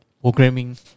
programming